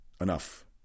Enough